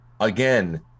again